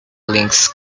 links